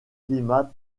climats